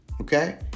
okay